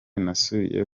nasubiye